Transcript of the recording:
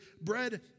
bread